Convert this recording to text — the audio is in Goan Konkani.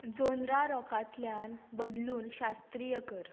जोनरा रॉकांतल्यान बदलून शास्त्रीय कर